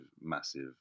massive